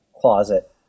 closet